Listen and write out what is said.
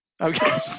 Okay